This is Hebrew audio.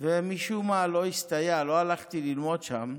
ומשום מה לא הסתייע, לא הלכתי ללמוד שם.